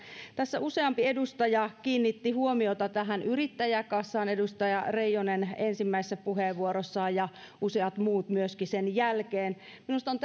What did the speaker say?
tässä useampi edustaja kiinnitti huomiota tähän yrittäjäkassaan edustaja reijonen ensimmäisessä puheenvuorossaan ja useat muut myöskin sen jälkeen minusta on